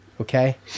Okay